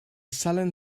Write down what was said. sullen